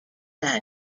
that